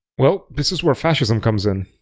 well, this is where fascism comes in.